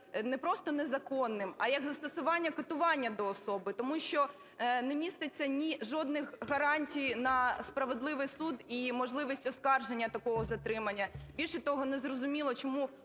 не просто незаконним, а як застосування катування до особи, тому що не міститься ні жодних гарантій на справедливий суд і можливість оскарження такого затримання. Більше того, незрозуміло чому